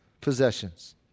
possessions